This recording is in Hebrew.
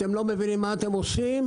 אתם לא מבינים מה אתם עושים?